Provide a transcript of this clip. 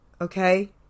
okay